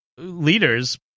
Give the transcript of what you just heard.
Leaders